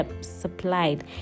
supplied